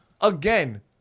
again